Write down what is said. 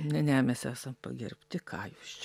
ne ne mes esam pagerbti ką jūs čia